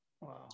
Wow